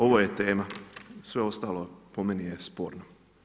Ovo je tema, sve ostalo po meni je sporno.